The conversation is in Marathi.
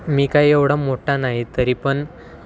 मी काय एवढा मोठा नाही तरी पण